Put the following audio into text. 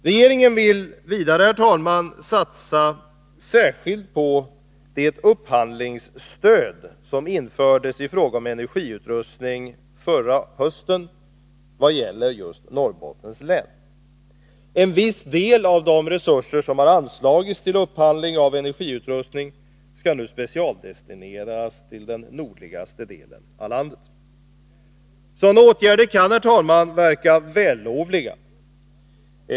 Regeringen vill vidare, herr talman, satsa särskilt på det upphandlingsstöd som infördes i fråga om energiutrustning förra hösten vad gäller just Norrbottens län. En viss del av de resurser som har anslagits till upphandling av energiutrustning skall nu specialdestineras till den nordligaste delen av landet. Sådana åtgärder kan verka vällovliga.